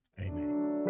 Amen